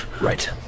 Right